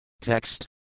Text